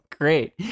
Great